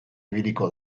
ibiliko